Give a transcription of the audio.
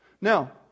Now